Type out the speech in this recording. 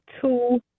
two